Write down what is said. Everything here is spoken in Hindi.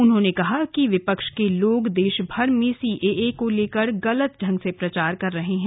उन्होंने कहा कि विपक्ष के लोग देश भर में सीएए को गलत ढंग से प्रचारित कर रहे हैं